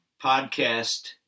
podcast